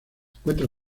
encuentra